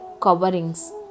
coverings